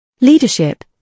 Leadership